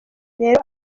rero